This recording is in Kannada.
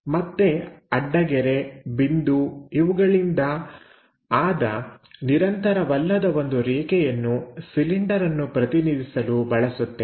ಮತ್ತೆ ಅಡ್ಡಗೆರೆ ಬಿಂದು ಇವುಗಳಿಂದ ಆದ ನಿರಂತರವಲ್ಲದ ಒಂದು ರೇಖೆಯನ್ನು ಸಿಲಿಂಡರ್ ಅನ್ನು ಪ್ರತಿನಿಧಿಸಲು ಬಳಸುತ್ತೇವೆ